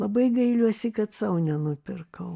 labai gailiuosi kad sau nenupirkau